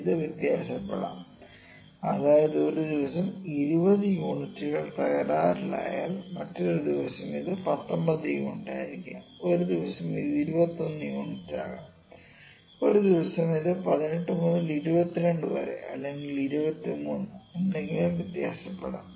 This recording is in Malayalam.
ഇത് വ്യത്യാസപ്പെടാം അതായത് ഒരു ദിവസം 20 യൂണിറ്റുകൾ തകരാറിലായാൽ മറ്റൊരു ദിവസം അത് 19 യൂണിറ്റായിരിക്കാം ഒരു ദിവസം അത് 21 യൂണിറ്റ് ആകാം ഒരു ദിവസം അത് 18 മുതൽ 22 വരെ അല്ലെങ്കിൽ 23 എന്തെങ്കിലും വ്യത്യാസപ്പെടാം